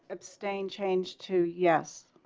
um stain changed to yes.